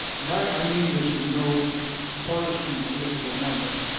and i mean this in no partisan, political manner,